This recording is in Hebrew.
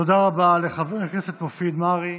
תודה רבה לחבר הכנסת מופיד מרעי.